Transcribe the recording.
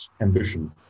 ambition